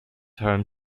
home